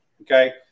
Okay